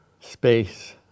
space